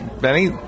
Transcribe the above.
Benny